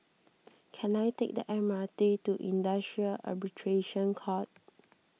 can I take the M R T to Industrial Arbitration Court